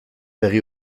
begi